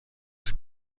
was